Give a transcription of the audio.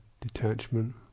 detachment